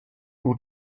pół